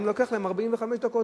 היום זה לוקח להם 45 דקות,